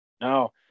No